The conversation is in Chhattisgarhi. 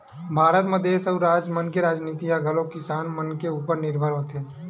भारत म देस अउ राज मन के राजनीति ह घलोक किसान मन के उपर निरभर होथे